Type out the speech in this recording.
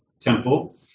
temple